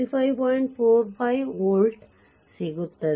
45 volt ಸಿಗುತ್ತದೆ